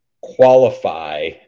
qualify